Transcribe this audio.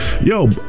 Yo